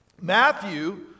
matthew